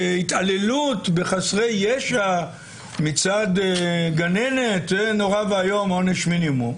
התעללות בחסרי ישע מצד גננת זה נורא ואיום עונש מינימום.